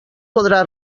podrà